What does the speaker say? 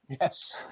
Yes